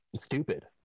stupid